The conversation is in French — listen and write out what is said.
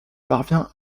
parvient